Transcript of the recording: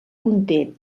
conté